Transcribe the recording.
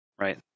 right